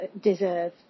deserve